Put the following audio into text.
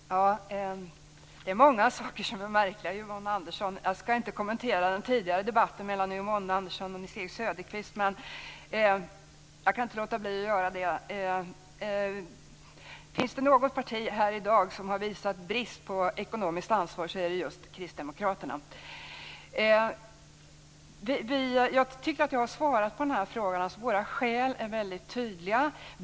Fru talman! Det är många saker som är märkliga, Yvonne Andersson. Jag vill inte kommentera den tidigare debatten mellan Yvonne Andersson och Nils Erik Söderqvist, men jag kan inte låta bli att göra det. Finns det något parti här i dag som har visat brist på ekonomiskt ansvar är det just Kristdemokraterna. Jag tycker att jag har svarat på denna fråga. Våra skäl är väldigt tydliga.